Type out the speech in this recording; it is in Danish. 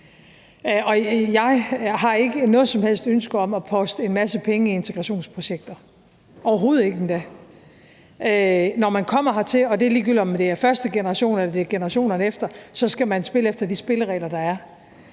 Jeg har ikke noget som helst ønske om at poste en masse penge i integrationsprojekter – overhovedet ikke endda. Når man kommer hertil, og det er ligegyldigt, om det er første generation eller det er generationerne efter, så skal man spille efter de spilleregler, der er.